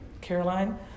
Caroline